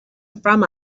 from